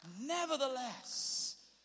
Nevertheless